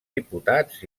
diputats